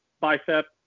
Bicep